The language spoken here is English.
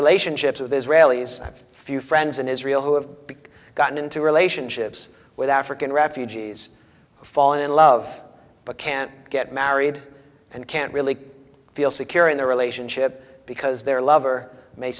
relationships with israelis a few friends in israel who have been gotten into relationships with african refugees fall in love but can't get married and can't really feel secure in their relationship because their lover may